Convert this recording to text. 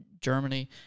Germany